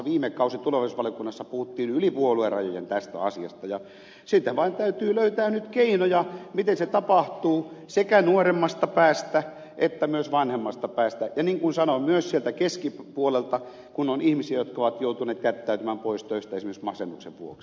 muun muassa viime kaudella tulevaisuusvaliokunnassa puhuttiin yli puoluerajojen tästä asiasta ja siitä vaan täytyy löytää nyt keinoja miten se tapahtuu sekä nuoremmasta päästä että myös vanhemmasta päästä ja niin kuin sanoin myös sieltä keskipuolelta kun on ihmisiä jotka ovat joutuneet jättäytymään pois töistä esimerkiksi masennuksen vuoksi